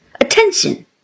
attention